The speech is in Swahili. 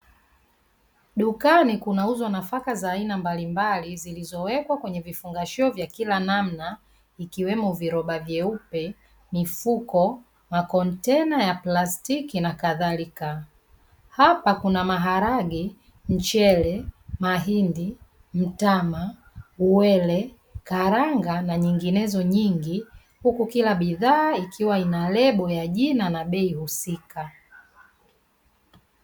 Dukani kunauzwa nafaka za aina mbalimbali zilizowekwa kwenye vifungashio vya kila namna ikiwemo: viroba vyeupe, mifuko, makontena ya plastiki na kadhalika. Hapa kuna: maharage, mchele, mahindi, mtama, uele, karanga na nyinginezo nyingi; huku kila bidhaa ikiwa na lebo ya jina ina bei husika.